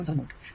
7 volt 3